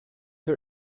her